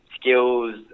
skills